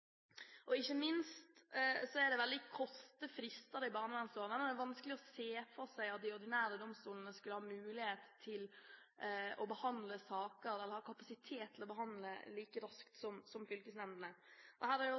har ikke spesialkunnskapen om barns oppvekst og om barns behov. Ikke minst, så er det veldig korte frister i barnevernsloven, og det er veldig vanskelig å se for seg at de ordinære domstolene skulle ha mulighet, kapasitet, til å behandle saker like raskt som fylkesnemndene. Dette er